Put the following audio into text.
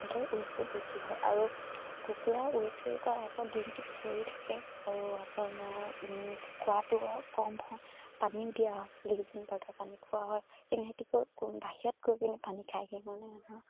সিহঁতৰ ৱেইটটো বেছি হয় আৰু কুকুৰা ৱেইটো নহয় সিহঁতি দিনটো চৰি থাকে আৰু আপোনাৰ খোৱাটো কম হয় পানীও দিয়া হয় লিক্সিন পাউদাৰ পানী খোওৱা হয় কিন্তু সিহঁতি গৈ বাহিৰত গৈ পিনি পানী খাইগৈ কাৰণে সিহঁতৰ